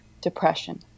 depression